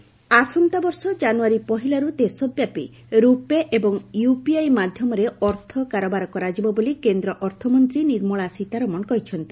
FM UPI MDR ଆସନ୍ତାବର୍ଷ January ପହିଲାରୁ ଦେଶବ୍ୟାପୀ ରୁପେ ଏବଂ ୟୁପିଆଇ ମାଧ୍ୟମରେ ଅର୍ଥ କାରବାର କରାଯିବ ବୋଲି କେନ୍ଦ୍ର ଅର୍ଥମନ୍ତ୍ରୀ ନିର୍ମଳା ସୀତାରମଣ କହିଛନ୍ତି